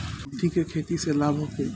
कुलथी के खेती से लाभ होखे?